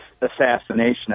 assassination